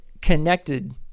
connected